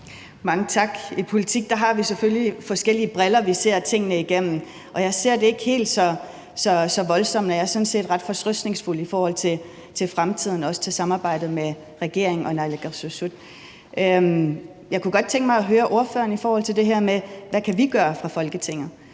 Mange tak. I politik har vi selvfølgelig forskellige briller, vi ser tingene igennem, og jeg ser det ikke helt så voldsomt, og jeg er sådan set ret fortrøstningsfuld i forhold til fremtiden og også til samarbejdet med regeringen og naalakkersuisut. Jeg kunne godt tænke mig at høre ordføreren i forhold til det her med, hvad vi kan gøre fra Folketingets